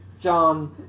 John